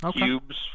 cubes